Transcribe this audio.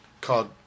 called